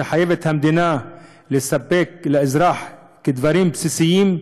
שהמדינה חייבת לספק לאזרח כדברים בסיסיים,